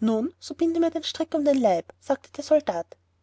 nun so binde mir den strick um den leib sagte der soldat